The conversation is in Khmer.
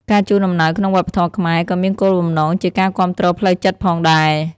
ការជូនអំណោយក្នុងវប្បធម៌ខ្មែរ ក៏មានគោលបំណងជាការគាំទ្រផ្លូវចិត្តផងដែរ។